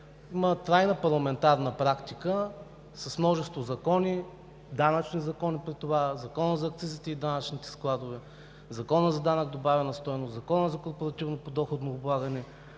Има трайна парламентарна практика с множество закони, при това данъчни – Законът за акцизите и данъчните складове, Законът за данък добавена стойност, Законът за корпоративното подоходно облагане,